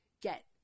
get